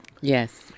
yes